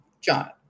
John